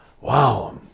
Wow